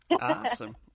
Awesome